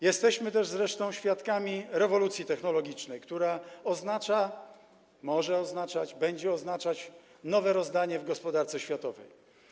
Jesteśmy też świadkami rewolucji technologicznej, która oznacza, może oznaczać, będzie oznaczać nowe rozwiązania w gospodarce światowej.